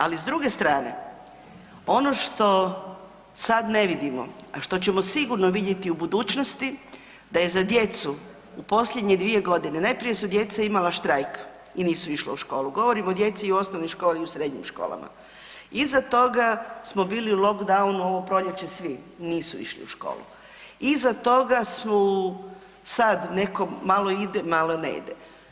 Ali s druge strane, ono što sad ne vidimo, a što ćemo sigurno vidjeti u budućnosti da je za djecu u posljednje 2.g., najprije su djeca imala štrajk i nisu išla u školu, govorim o djeci u osnovnim školama i u srednjim školama, iza toga smo bili u lockdownu u ovo proljeće svi, nisu išli u školu, iza toga su sad neko malo ide malo ne ide.